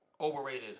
overrated